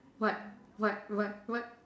what what what what